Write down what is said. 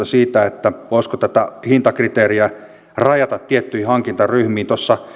siitä voisiko tätä hintakriteeriä rajata tiettyihin hankintaryhmiin